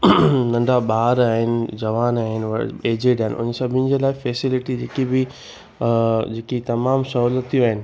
नंढा ॿार आहिनि जवान आहिनि हूअ एजेंट आहिनि उन सभिनि जे लाइ फैसिलिटी जेकी बि जेकी तमामु सहुल्यतियूं आहिनि